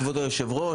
כבוד היושב ראש,